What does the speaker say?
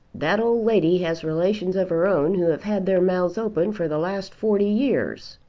that old lady has relations of her own who have had their mouths open for the last forty years.